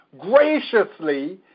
graciously